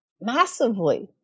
Massively